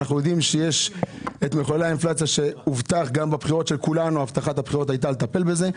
אנחנו יודעים שיש את מחוללי האינפלציה שבהבטחת הבחירות הבטחנו לטפל בהם.